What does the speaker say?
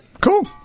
Cool